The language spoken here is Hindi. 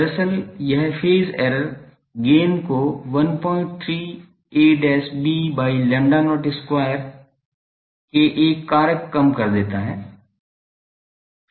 दरअसल यह फेज एरर गेन को 13ab by lambda not square के एक कारक कम कर देता है